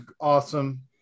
awesome